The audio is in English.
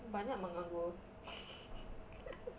banyak menganggur